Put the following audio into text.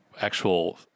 actual